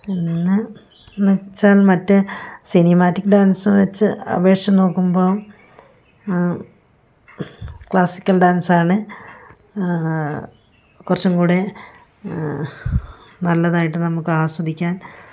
പിന്നെന്ന് വെച്ചാൽ മറ്റേ സിനിമാറ്റിക് ഡാൻസ് വെച്ച് അപേക്ഷിച്ച് നോക്കുമ്പോൾ ക്ലാസിക്കൽ ഡാൻസാണ് കുറച്ചും കൂടെ നല്ലതായിട്ട് നമുക്ക് ആസ്വദിക്കാൻ